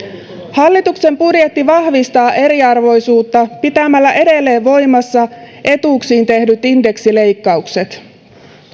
hallituksen budjetti vahvistaa eriarvoisuutta pitämällä edelleen voimassa etuuksiin tehdyt indeksileikkaukset